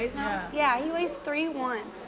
yeah, he weighs three one.